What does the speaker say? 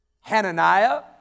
Hananiah